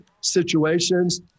situations